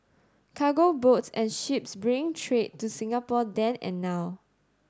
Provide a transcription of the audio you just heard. cargo boats and ships bringing trade to Singapore then and now